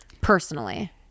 personally